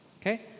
Okay